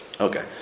Okay